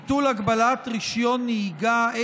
(ביטול הגבלת רישיון נהיגה),